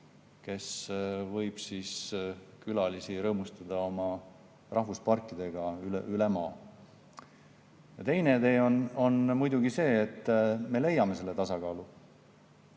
kes võib külalisi rõõmustada oma rahvusparkidega üle maa. Teine tee on muidugi see, et me leiame selle tasakaalu,